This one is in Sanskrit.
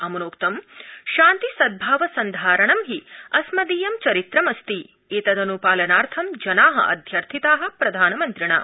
अम्नोक्तं शान्ति सद्गाव सन्धारणं हि अस्मदीयं चरित्रमस्ति एतदन्पालनार्थ जना अध्यर्थिता प्रधानमन्त्रिणा